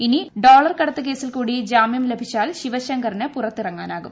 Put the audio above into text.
ഇനി ഡോളർ കടത്ത് കേസിൽ കൂടി ജാമ്യം ലഭിച്ചാൽ ശിവശങ്കറിന് പുറത്തിറങ്ങാനാകും